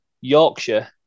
yorkshire